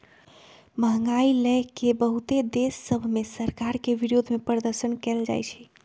महंगाई लए के बहुते देश सभ में सरकार के विरोधमें प्रदर्शन कएल जाइ छइ